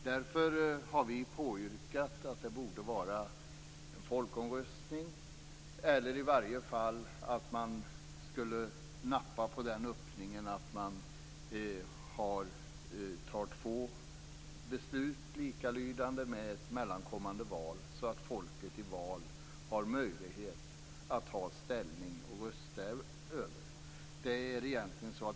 Därför har vi yrkat på att det borde vara en folkomröstning eller att man i varje fall skulle nappa på öppningen att man fattar två likalydande beslut med ett val däremellan, så att folket i val har möjlighet att ta ställning.